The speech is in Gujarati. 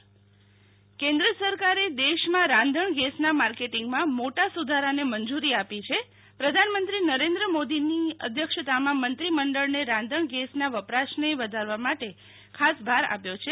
રાંધણગેસ કેન્દ્ર સરકારે દેશમાં રાંધણ ગેસના માર્કેટિંગમાં મોટા સુ ધારાને મંજુરી આપી છે પ્રધાનમંત્રી નરેન્દ્ર મોદીની અધ્યક્ષતામાં મંત્રીમંડળની રાંધણ ગેસના વપરાશને વધારવા માટે ખાસ ભાર આપ્યો છે